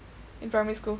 in primary school